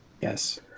Yes